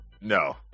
No